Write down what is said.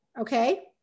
okay